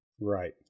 right